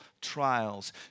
trials